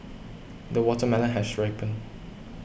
the watermelon has ripened